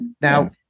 Now